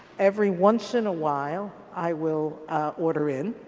every once in a while i will order in.